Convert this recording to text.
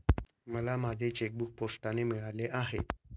मला माझे चेकबूक पोस्टाने मिळाले आहे